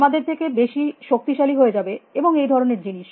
আমাদের থেকে বেশী শক্তিশালী হয়ে যাবে এবং এই ধরনের জিনিস